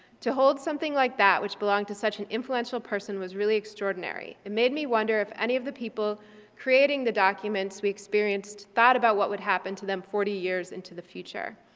to hold something like that which belonged to such an influential person was really extraordinary. it made me wonder if any of the people creating the documents we experienced thought about what would happen to them forty years into the future.